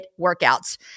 workouts